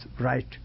right